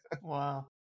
Wow